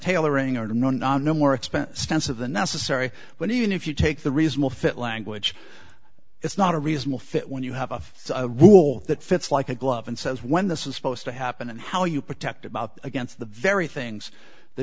tailoring and no non no more expense stance of the necessary but even if you take the reasonable fit language it's not a reasonable fit when you have a rule that fits like a glove and says when this is supposed to happen and how you protect about against the very things the